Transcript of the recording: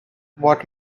what